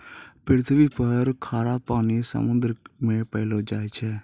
पृथ्वी पर खारा पानी समुन्द्र मे पैलो जाय छै